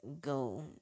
go